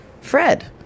Fred